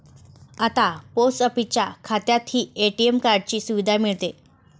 आता पोस्ट ऑफिसच्या खात्यातही ए.टी.एम कार्डाची सुविधा मिळते